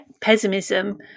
pessimism